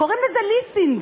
קוראים לזה "ליסינג".